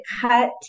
cut